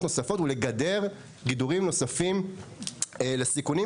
נוספות ולגדר גידורים נוספים לסיכונים,